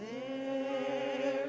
a